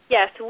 Yes